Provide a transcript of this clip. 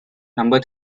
number